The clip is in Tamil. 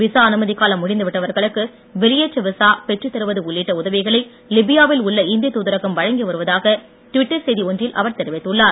விசா அனுமதி காலம் முடிந்து விட்டவர்களுக்கு வெளியேற்ற விசா பெற்றுத் தருவது உள்ளிட்ட உதவிகளை லிபியாவில் உள்ள இந்திய துதரகம் வழங்கி வருவதாக டுவிட்டர் செய்தி ஒன்றில் அவர் தெரிவித்துள்ளார்